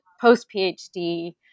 post-PhD